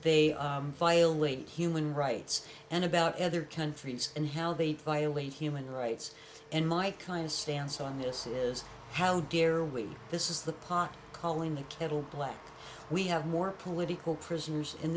they violate human rights and about other countries and how they violate human rights and my kind of stance on this is how dare we this is the pot calling the kettle black we have more political prisoners in